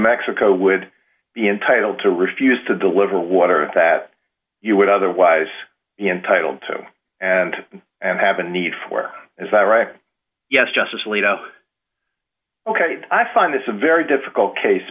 mexico would be entitled to refuse to deliver water that you would otherwise be intitled to and and have a need for as i write yes justice alito ok i find this a very difficult case